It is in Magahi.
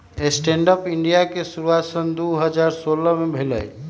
स्टैंड अप इंडिया के शुरुआत सन दू हज़ार सोलह में भेलइ